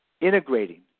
integrating